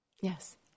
Yes